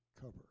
cover